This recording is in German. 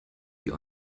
wie